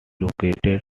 located